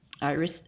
Iris